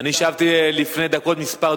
אני שבתי לפני דקות מספר,